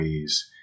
ways